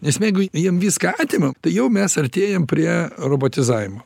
nes jeigu jiem viską atimam tai jau mes artėjam prie robotizavimo